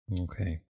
Okay